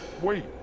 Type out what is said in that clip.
Wait